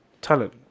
talent